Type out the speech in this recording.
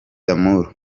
d’amour